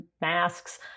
masks